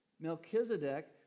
Melchizedek